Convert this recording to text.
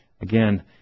Again